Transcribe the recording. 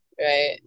right